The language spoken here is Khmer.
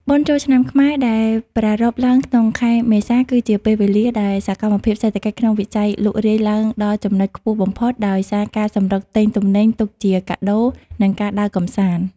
បុណ្យចូលឆ្នាំខ្មែរដែលប្រារព្ធឡើងក្នុងខែមេសា គឺជាពេលវេលាដែលសកម្មភាពសេដ្ឋកិច្ចក្នុងវិស័យលក់រាយឡើងដល់ចំណុចខ្ពស់បំផុតដោយសារការសម្រុកទិញទំនិញទុកជាកាដូ និងការដើរកម្សាន្ត។